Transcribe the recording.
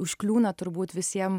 užkliūna turbūt visiem